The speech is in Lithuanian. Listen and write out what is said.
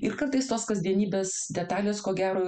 ir kartais tos kasdienybės detalės ko gero